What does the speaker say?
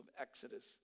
Exodus